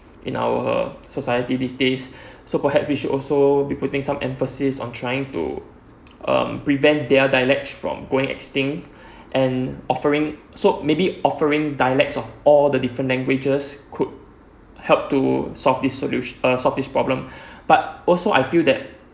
in our society these days so perhaps we should also be putting some emphasis on trying to um prevent their dialects from going extinct and offering so maybe offering dialects of all the different languages could help to solve this solu~ solve this problem but also I feel that